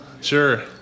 Sure